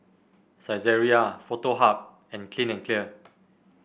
Saizeriya Foto Hub and Clean and Clear